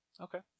Okay